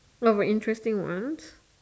of a interesting one